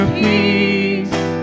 peace